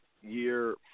year